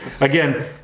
Again